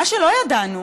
מה שלא ידענו